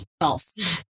false